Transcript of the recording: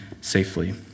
safely